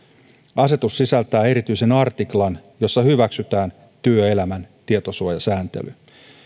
asetus sisältää erityisen artiklan jossa hyväksytään työelämän tietosuojasääntely